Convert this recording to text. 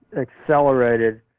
accelerated